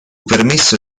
permesso